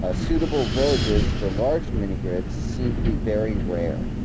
ah suitable villages for large mini grids seem to be very rare.